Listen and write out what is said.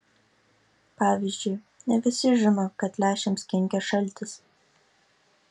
pavyzdžiui ne visi žino kad lęšiams kenkia šaltis